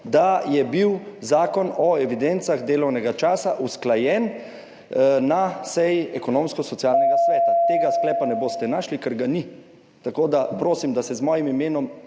da je bil Zakon o evidencah delovnega časa usklajen na seji Ekonomsko-socialnega sveta. Tega sklepa ne boste našli, ker ga ni. Tako da, prosim da se z mojim imenom